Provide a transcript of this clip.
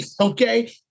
okay